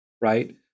right